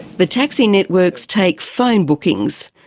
the taxi networks take phone bookings,